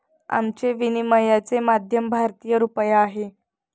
आमचे विनिमयाचे माध्यम भारतीय रुपया आहे